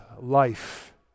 life